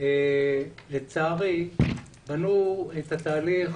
לצערי בנו את התהליך